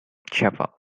chapel